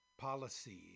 policy